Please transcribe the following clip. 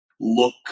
look